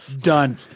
Done